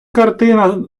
картина